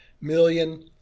million